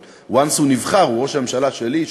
אבל משנבחר הוא ראש הממשלה שלי,